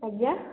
ଆଜ୍ଞା